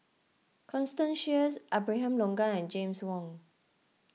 Constance Sheares Abraham Logan and James Wong